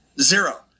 zero